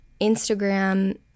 Instagram